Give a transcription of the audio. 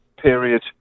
Period